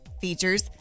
features